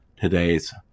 today's